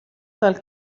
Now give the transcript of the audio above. tal